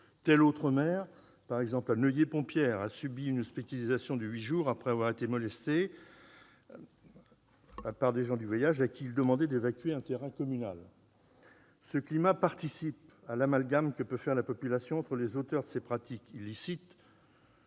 Tel autre maire, à Neuillé-Pont-Pierre, a subi une hospitalisation de huit jours après avoir été molesté par des gens du voyage à qui il demandait d'évacuer un terrain communal. Ce climat contribue à alimenter l'amalgame que peut faire la population entre les auteurs de ces pratiques illicites,